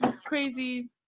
crazy